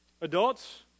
Adults